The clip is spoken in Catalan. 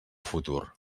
futur